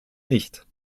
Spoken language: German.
nicht